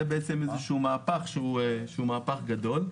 בעצם איזה שהוא מהפך שהוא מהפך גדול.